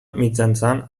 mitjançant